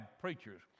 preachers